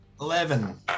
Eleven